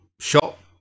shop